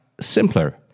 simpler